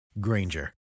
Granger